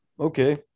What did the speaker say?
okay